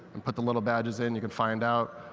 and put the little badges in, you can find out.